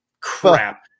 Crap